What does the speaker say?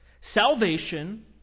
Salvation